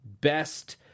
Best